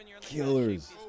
killers